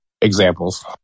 examples